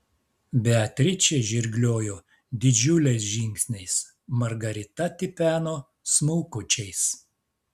beatričė žirgliojo didžiuliais žingsniais margarita tipeno smulkučiais